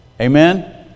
Amen